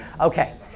Okay